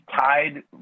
tied